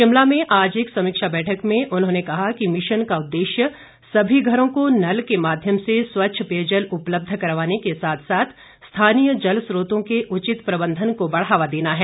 शिमला में आज एक समीक्षा बैठक में उन्होंने कहा कि मिशन का उद्देश्य सभी घरों को नल के माध्यम से स्वच्छ पेयजल उपलब्ध करवाने के साथ साथ स्थानीय जल स्त्रोतों के उचित प्रबंधन को बढ़ावा देना है